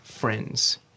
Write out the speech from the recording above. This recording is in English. friends